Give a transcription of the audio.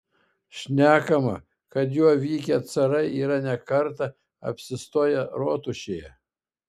šnekama kad juo vykę carai yra ne kartą apsistoję rotušėje